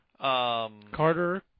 Carter